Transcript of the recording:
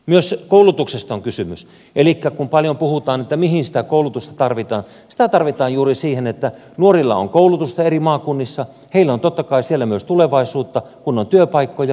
myös koulutuksesta on kysymys elikkä kun paljon puhutaan siitä mihin sitä koulutusta tarvitaan sitä tarvitaan juuri siihen että nuorilla on koulutusta eri maakunnissa heillä on totta kai siellä myös tulevaisuutta kun on työpaikkoja